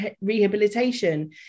rehabilitation